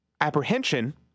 apprehension